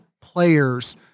players